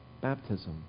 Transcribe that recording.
baptism